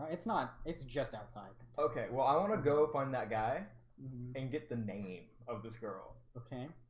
it's not it's just outside. okay well i want to go up on that guy and get the name of this girl, okay,